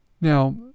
Now